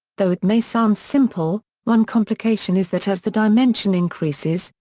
though it may sound simple, one complication is that as the dimension increases,